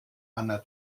hanna